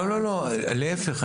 להיפך.